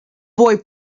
boy